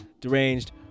deranged